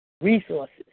resources